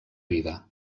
vida